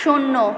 শূন্য